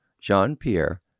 Jean-Pierre